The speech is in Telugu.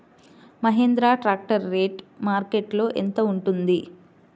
మహేంద్ర ట్రాక్టర్ రేటు మార్కెట్లో యెంత ఉంటుంది?